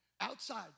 outside